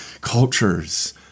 cultures